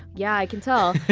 yeah i can tell.